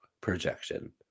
projection